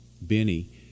Benny